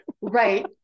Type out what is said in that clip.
Right